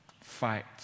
Fight